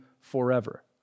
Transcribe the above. forever